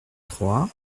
trois